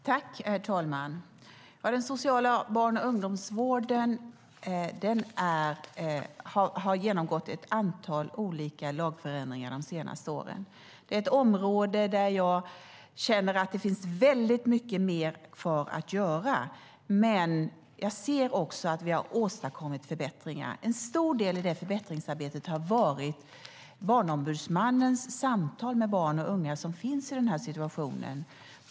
Herr talman! Den sociala barn och ungdomsvården har genomgått ett antal olika lagförändringar de senaste åren. Det är ett område där jag känner att det finns mycket mer kvar att göra, men jag ser också att vi har åstadkommit förbättringar. Barnombudsmannens samtal med barn och unga som befinner sig i den här situationen har varit en stor del i förbättringsarbetet.